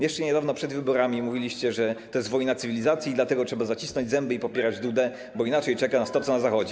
Jeszcze niedawno przed wyborami mówiliście, że to jest wojna cywilizacji i dlatego trzeba zacisnąć zęby i popierać Dudę, bo inaczej czeka nas to, co na Zachodzie.